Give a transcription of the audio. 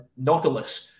Nautilus